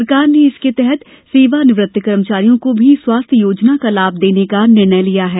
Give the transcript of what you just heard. सरकार ने इसके तहत सेवानिवृत्त कर्मचारियों को भी स्वास्थ्य योजना का लाभ देने का निर्णय लिया है